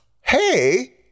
hey